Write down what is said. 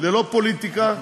ללא פוליטיקה,